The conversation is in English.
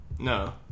No